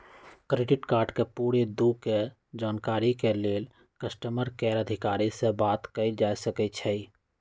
credit card के पूरे दू के जानकारी के लेल कस्टमर केयर अधिकारी से बात कयल जा सकइ छइ